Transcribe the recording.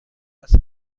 است